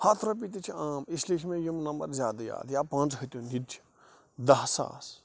ہتھ رۅپِیہِ تہِ چھِ عام اِس لیے چھِ مےٚ یِم نمبر زیادٕ یاد یا پانٛژٕ ہیٚتُن یہِ تہِ چھُ دَہ ساس